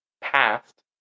past